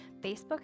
Facebook